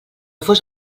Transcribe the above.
fos